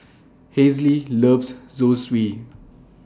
Hazle loves Zosui